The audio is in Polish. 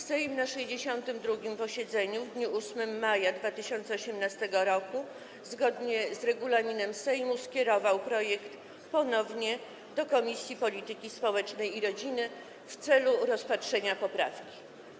Sejm na 62. posiedzeniu w dniu 8 maja 2018 r. zgodnie z regulaminem Sejmu skierował projekt ponownie do Komisji Polityki Społecznej i Rodziny w celu rozpatrzenia poprawki.